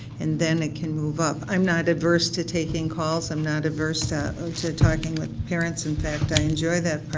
and then, it can move up. i'm not averse to taking calls, i'm not adverse to um to talking with parents. in fact, i enjoy that part.